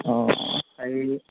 অঁ হেৰি